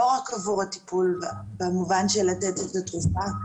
לא רק עבור הטיפול בה במובן של לתת את התרופה,